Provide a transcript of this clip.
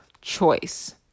choice